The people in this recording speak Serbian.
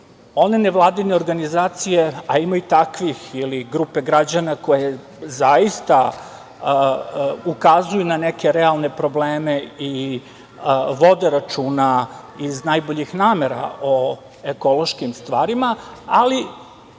one nevladine organizacije, a ima i takvih, ili grupe građana, koje zaista ukazuju na neke realne probleme i vode računa iz najboljih namera o ekološkim stvarima, ali